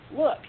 look